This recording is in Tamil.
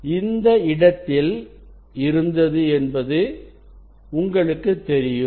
இது இந்த இடத்தில் இருந்தது என்பது உங்களுக்கு தெரியும்